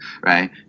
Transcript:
right